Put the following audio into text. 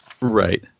Right